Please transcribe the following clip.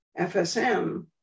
FSM